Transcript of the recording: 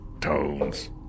Tones